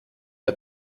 hat